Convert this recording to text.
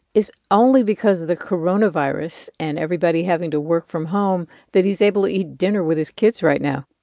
it's only because of the coronavirus and everybody having to work from home that he's able to eat dinner with his kids right now.